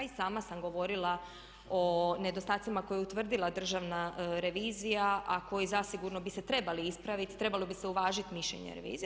I sama sam govorila o nedostatcima koje je utvrdila Državna revizija a koji zasigurno bi se trebali ispraviti, trebalo bi se uvažiti mišljenje revizije.